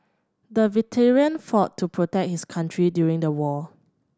the veteran fought to protect his country during the war